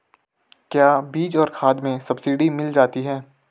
क्या बीज और खाद में सब्सिडी मिल जाती है?